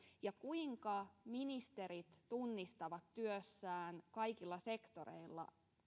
ja kuinka ministerit tunnistavat työssään kaikilla sektoreilla